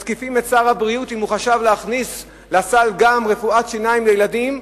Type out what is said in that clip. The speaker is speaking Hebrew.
מתקיפים את שר הבריאות על שהוא חשב להכניס לסל גם רפואת שיניים לילדים,